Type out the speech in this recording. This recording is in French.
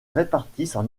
répartissent